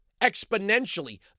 exponentially